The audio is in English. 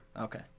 Okay